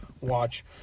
watch